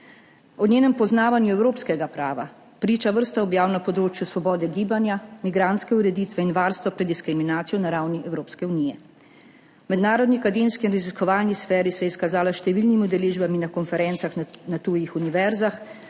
O njenem poznavanju evropskega prava priča vrsta objav na področju svobode gibanja, migrantske ureditve in varstva pred diskriminacijo na ravni Evropske unije. V mednarodni akademski in raziskovalni sferi se je izkazala s številnimi udeležbami na konferencah na tujih univerzah,